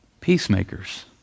peacemakers